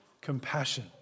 Compassion